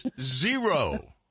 zero